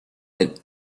had